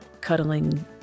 cuddling